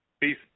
Peace